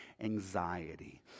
anxiety